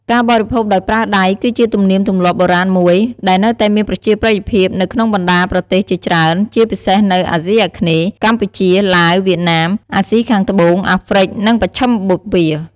ការបរិភោគដោយប្រើដៃគឺជាទំនៀមទម្លាប់បុរាណមួយ ដែលនៅតែមានប្រជាប្រិយភាពនៅក្នុងបណ្តាប្រទេសជាច្រើន ជាពិសេសនៅ អាស៊ីអាគ្នេយ៍ (កម្ពុជា ឡាវ វៀតណាម...) អាស៊ីខាងត្បូង អាហ្រ្វិក និងមជ្ឈិមបូព៌ា។